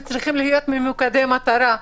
אנחנו צריכים להיות ממוקדי מטרה.